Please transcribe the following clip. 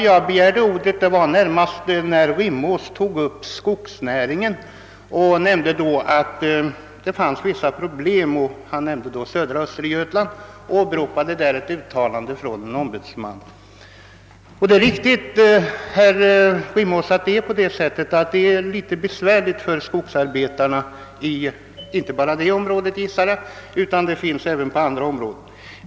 Jag begärde emellertid ordet när herr Rimås tog upp frågan om skogsnäringen och sade att det där finns vissa problem. Han nämnde särskilt södra Östergötland och åberopade i sammanhanget ett uttalande av en ombudsman. Det är alldeles riktigt, herr Rimås, att skogsarbeiarna har besvärligheter att brottas med där — liksom jag gissar att de har även på andra områden.